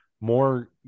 more